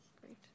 great